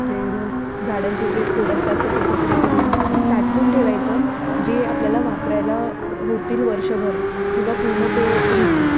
जे रूट झाडांचे जे खोड असतात त्याचे तुकडे करून साठवून ठेवायचं जे आपल्याला वापरायला होतील वर्षभर किंवा पूर्ण तो ऋतू